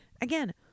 Again